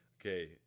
Okay